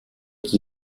qui